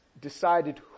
decided